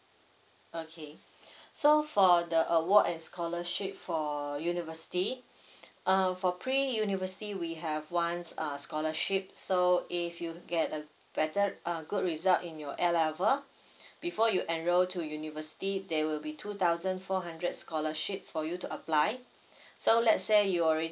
okay so for the award and scholarship for university uh for pre university we have once err scholarship so if you get a better uh good result in your A level before you enroll to university there will be two thousand four hundred scholarship for you to apply so let's say you already